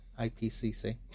IPCC